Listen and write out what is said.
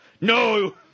No